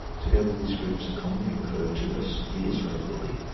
together these groups are commonly referred to as the israel lobby.